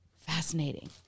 fascinating